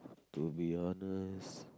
to be honest